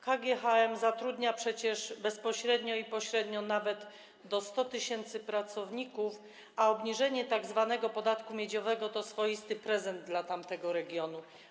KGHM zatrudnia bezpośrednio i pośrednio nawet do 100 tys. pracowników, a obniżenie tzw. podatku miedziowego to swoisty prezent dla tamtego regionu.